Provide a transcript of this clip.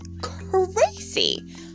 crazy